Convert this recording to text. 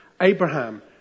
Abraham